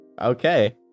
Okay